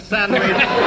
Sandwich